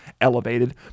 elevated